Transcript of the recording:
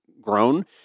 grown